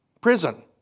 Prison